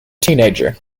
teenager